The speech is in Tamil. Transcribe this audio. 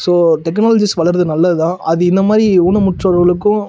ஸோ டெக்னாலஜிஸ் வளர்றது நல்லது தான் அது இந்த மாதிரி ஊனமுற்றோர்களுக்கும்